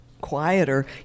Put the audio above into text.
quieter